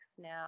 now